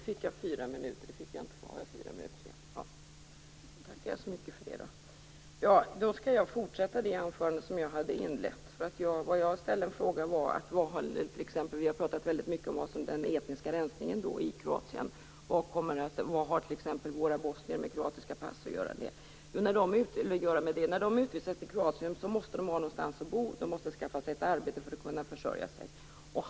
Herr talman! Jag skall fortsätta det anförande som jag inledde. Vi har talat mycket om den etniska rensningen i Kroatien. Jag ställde frågan vad våra bosnier med kroatiska pass har att göra med den. Jo, när de utvisas till Kroatien måste de ha någonstans att bo och skaffa ett arbete för att kunna försörja sig.